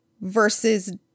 versus